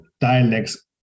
dialects